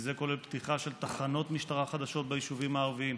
וזה כולל פתיחה של תחנות משטרה חדשות ביישובים הערביים,